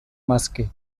masky